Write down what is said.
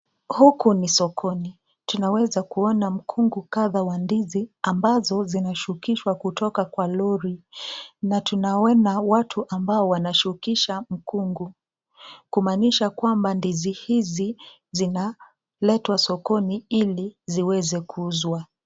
Huku ni sokoni. Tunaweza kuona mkungu kadha wa ndizi ambazo zinashukishwa kutoka kwa lori na tunaona watu ambao wanashukisha mkungu, kumaanisha kwamba ndizi hizi zinaletwa sokoni ili ziweze kuuzwa.